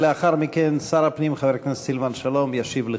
ולאחר מכן שר הפנים חבר הכנסת סילבן שלום ישיב לכולם.